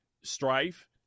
strife